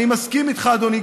אני מסכים איתך, אדוני.